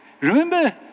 Remember